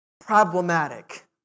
problematic